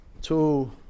two